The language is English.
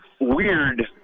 weird